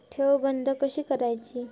ठेव बंद कशी करायची?